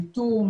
האיטום,